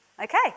Okay